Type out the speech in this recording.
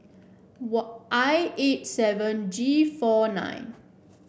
were I eight seven G four nine